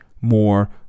more